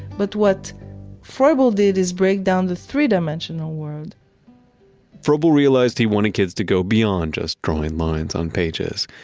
but what froebel did is break down the three-dimensional world froebel realized he wanted kids to go beyond just drawing lines on pages.